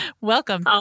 welcome